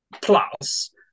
Plus